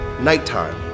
nighttime